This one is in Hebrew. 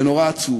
ונורא עצוב,